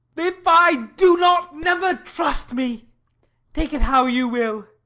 if i do not, never trust me take it how you will.